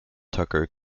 tucker